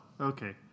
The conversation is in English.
okay